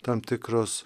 tam tikros